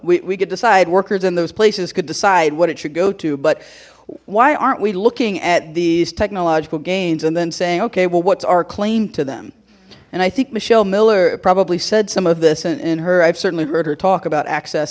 know we could decide workers and those places could decide what it should go to but why aren't we looking at these technological gains and then saying okay well what's our claim to them and i think michelle miller probably said some of this and in her i've certainly heard her talk about access